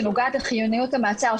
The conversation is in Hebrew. שנוגעת לחיוניות המעצר,